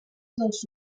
dels